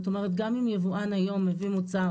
זאת אמרת גם אם יבואן היום מביא מוצר